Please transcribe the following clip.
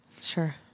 Sure